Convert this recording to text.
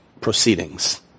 proceedings